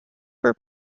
per